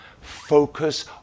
Focus